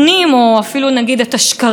בהובלת שרת המשפטים,